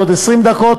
או בעוד 20 דקות.